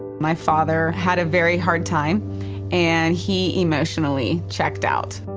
my father had a very hard time and he emotionally checked out.